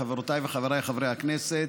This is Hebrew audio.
חברותיי וחבריי חברי הכנסת,